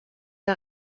der